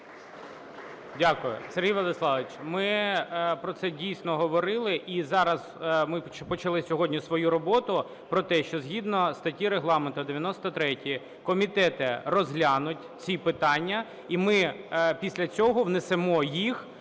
Дякую. Сергій Владиславович, ми про це дійсно говорили. І зараз ми почали сьогодні свою роботу про те, що згідно статті Регламенту 93 комітети розглянуть ці питання і ми після цього внесемо їх